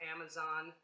Amazon